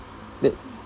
th~